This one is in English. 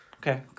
Okay